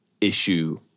issue